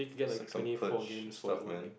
since I'm purge on stuff man